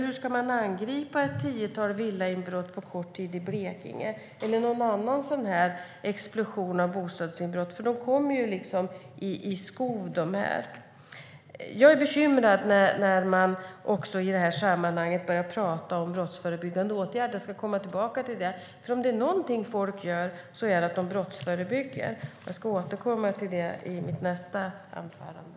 Hur ska man angripa ett tiotal villainbrott på kort tid i Blekinge eller någon annan explosion av bostadsinbrott? De kommer liksom i skov. Jag blir bekymrad när man i det här sammanhanget börjar prata om brottsförebyggande åtgärder. Om det är något folk gör är det att brottsförebygga. Jag återkommer till det i mitt nästa anförande.